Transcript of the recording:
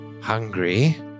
Hungry